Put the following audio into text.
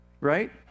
right